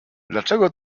dlaczego